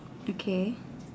okay